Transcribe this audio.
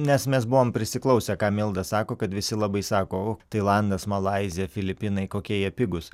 nes mes buvom prisiklausę ką milda sako kad visi labai sako o tailandas malaizija filipinai kokie jie pigūs